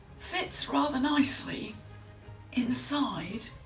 fits rather nicely inside.